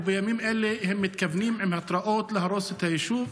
ובימים אלה הם מקבלים התראות להרוס את היישוב.